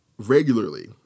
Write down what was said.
Regularly